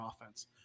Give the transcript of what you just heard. offense